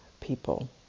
people